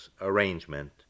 arrangement